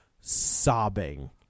sobbing